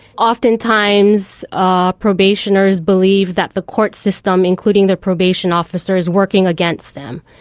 oftentimes ah probationers believe that the court system, including their probation officer, is working against them.